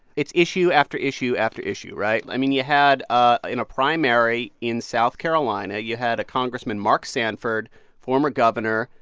it's issue after issue after issue, right? i mean, you had ah in a primary in south carolina, you had a congressman, mark sanford former governor.